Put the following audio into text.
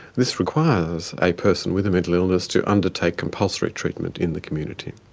this requires a person with a mental illness to undertake compulsory treatment in the community.